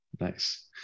Nice